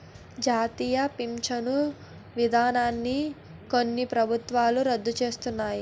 జాతీయ పించను విధానాన్ని కొన్ని ప్రభుత్వాలు రద్దు సేస్తన్నాయి